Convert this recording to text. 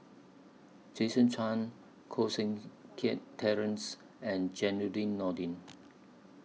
Jason Chan Koh Seng Kiat Terence and Zainudin Nordin